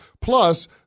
Plus